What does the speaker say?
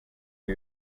ibi